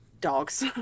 dogs